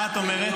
מה את אומרת?